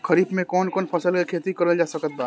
खरीफ मे कौन कौन फसल के खेती करल जा सकत बा?